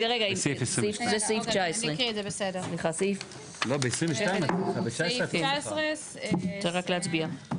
22. אפשר רק להצביע.